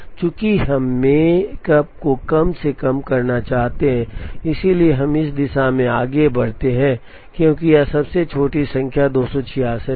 चूंकि हम मेकप को कम से कम करना चाहते हैं इसलिए हम इस दिशा में आगे बढ़ते हैं क्योंकि यह सबसे छोटी संख्या 266 है